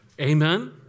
Amen